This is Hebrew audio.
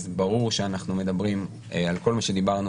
אז ברור שאנחנו מדברים על כל מי שדיברנו